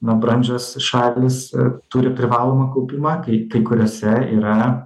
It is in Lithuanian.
na brandžios šalys turi privalomą kaupimą kai kai kuriose yra